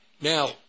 Now